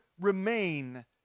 remain